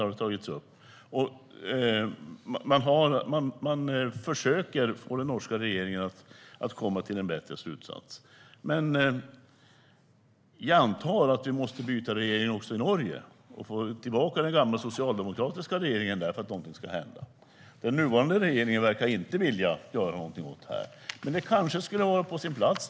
Man försöker få den norska regeringen att komma till en bättre slutsats. Jag antar att vi måste byta regering också i Norge och få tillbaka den gamla socialdemokratiska regeringen där för att någonting ska hända. Den nuvarande regeringen verkar inte vilja göra någonting åt detta, så det kanske vore på sin plats.